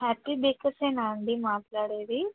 happy బేకర్సేనా అండి మాట్లాడేది